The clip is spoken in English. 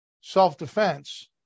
self-defense